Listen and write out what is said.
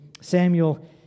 Samuel